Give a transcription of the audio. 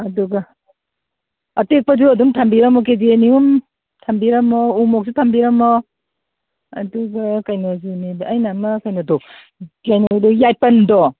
ꯑꯗꯨꯒ ꯑꯇꯦꯛꯄꯁꯨ ꯑꯗꯨꯝ ꯊꯝꯕꯤꯔꯝꯃꯣ ꯀꯦ ꯖꯤ ꯑꯅꯤꯍꯨꯝ ꯊꯝꯕꯤꯔꯝꯃꯣ ꯎ ꯃꯣꯔꯣꯛꯁꯨ ꯊꯝꯕꯤꯔꯝꯃꯣ ꯑꯗꯨꯒ ꯀꯩꯅꯣꯁꯨꯅꯤꯗ ꯑꯩꯅ ꯑꯃ ꯀꯩꯅꯣꯗꯣ ꯀꯩꯅꯣꯗꯣ ꯌꯥꯏꯄꯟꯗꯣ